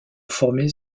former